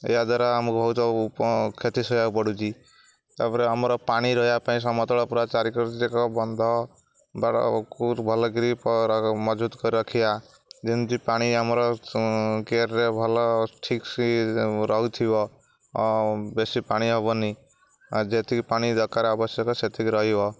ଏହା ଦ୍ୱାରା ଆମକୁ ବହୁତ କ୍ଷତି ସହିବାକୁ ପଡ଼ୁଛି ତା'ପରେ ଆମର ପାଣି ରହିବା ପାଇଁ ସମତଳ ପୁରା ଚାରିକଡ଼ ଯାକ ବନ୍ଧ ବାଡ଼କୁ ଭଲ କିରି ପର ମଜବୁତ କରି ରଖିବା ଯେମିତି ପାଣି ଆମର କିଆରୀରେ ଭଲ ଠିକ୍ ସେ ରହୁଥିବ ବେଶୀ ପାଣି ହବନି ଆ ଯେତିକି ପାଣି ଦରକାର ଆବଶ୍ୟକ ସେତିକି ରହିବ